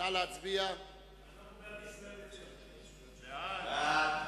ההצעה להעביר את הצעת חוק הרשויות המקומיות (מימון בחירות) (הוראת שעה),